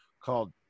called